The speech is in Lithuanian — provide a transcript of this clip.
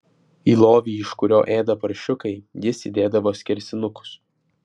į lovį iš kurio ėda paršiukai jis įdėdavo skersinukus